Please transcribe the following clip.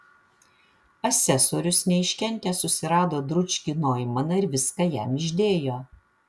asesorius neiškentęs susirado dručkį noimaną ir viską jam išdėjo